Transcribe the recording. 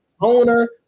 owner